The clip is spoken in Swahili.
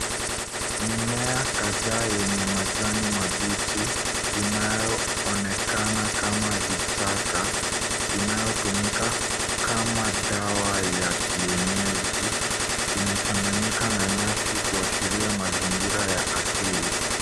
Mimea kadhaa yenye majani mabichi inayoonekana kama vichaka inayotumika kama dawa ya kienyeji imechanganyika na nyasi kuashiria mazingira ya asili.